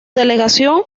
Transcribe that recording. delegación